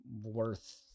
worth